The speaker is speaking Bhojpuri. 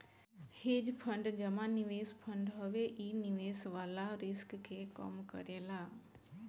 हेज फंड जमा निवेश फंड हवे इ निवेश वाला रिस्क के कम करेला